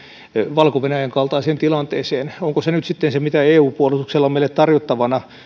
valko venäjän kaltaiseen tilanteeseen onko se nyt sitten se mitä eu puolustuksella on meille tarjottavana